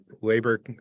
labor